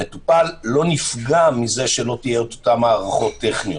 המטופל, לא נפגע מזה שלא יהיו אותן הארכות טכניות.